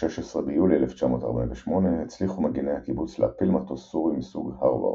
ב-16 ביולי 1948 הצליחו מגיני הקיבוץ להפיל מטוס סורי מסוג הרווארד.